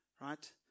right